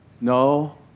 No